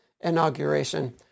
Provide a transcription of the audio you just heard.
inauguration